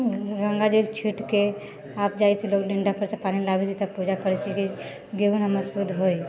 गङ्गाजल छीटिकऽ आबि जाइ छै लोक गङ्गासँ पानी लाबै छै तब पूजा करै छै गेहूँ हमर शुद्ध होइ